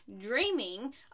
dreaming